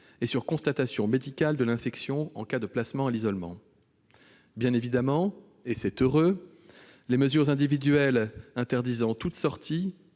et sur constatation médicale de l'infection en cas de placement à l'isolement. Bien évidemment, et c'est heureux, les mesures individuelles interdisant toute sortie